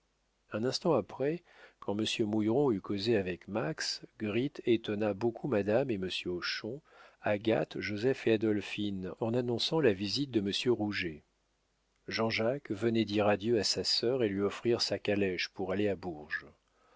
un instant après quand monsieur mouilleron eut causé avec max gritte étonna beaucoup madame et monsieur hochon agathe joseph et adolphine en annonçant la visite de monsieur rouget jean-jacques venait dire adieu à sa sœur et lui offrir sa calèche pour aller à bourges